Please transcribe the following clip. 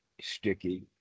sticky